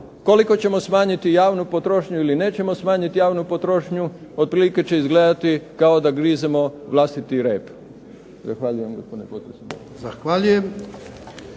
koliko ćemo smanjiti javnu potrošnju ili nećemo smanjiti javnu potrošnju, otprilike će izgledati kao da grizemo vlastiti rep. Zahvaljujem gospodine